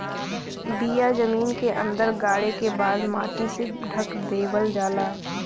बिया जमीन के अंदर गाड़े के बाद मट्टी से ढक देवल जाला